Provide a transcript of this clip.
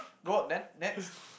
good work then next